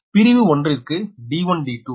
பிரிவு 1க்கு d1d2